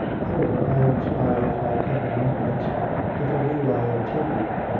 however, i'll try if i can remember it if i do, i'll tell you.